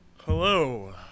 Hello